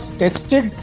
tested